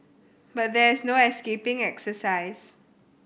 but there is no escaping exercise